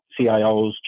CIOs